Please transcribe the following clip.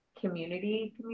community